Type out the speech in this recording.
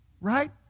right